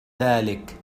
ذلك